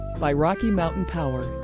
by rocky mountain power,